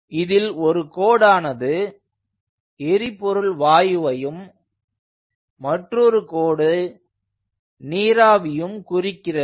இதில் ஒரு கோடானது எரிபொருள் வாயுவையும் மற்றொரு கோடு நீராவியும் குறிக்கிறது